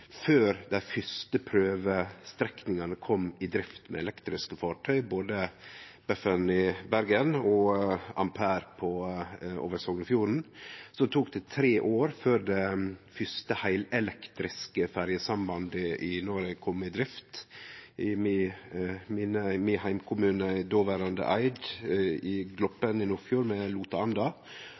før dei fyrste prøvestrekningane kom i drift med elektriske fartøy, både «Beffen» i Bergen og «Ampere» over Sognefjorden. Så tok det tre år før det fyrste heilelektriske ferjesamarbeidet i Noreg kom i drift. I min heimkommune, dåverande Eid, og nabokommunen Gloppen i Nordfjord,